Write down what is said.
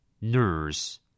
Nurse